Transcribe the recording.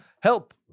Help